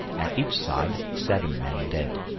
and each side seven men dead.